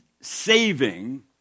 saving